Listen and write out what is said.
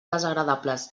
desagradables